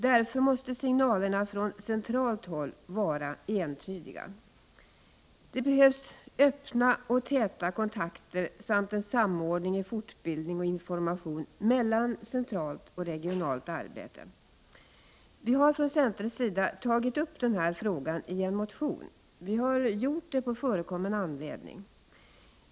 Därför måste signalerna från centralt håll vara entydiga. Det behövs öppna och täta kontakter samt en samordning i fortbildning och information mellan centralt och regionalt arbete. Vi har från centerns sida tagit upp den här frågan i en motion. Vi har gjort det på förekommen anledning.